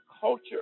culture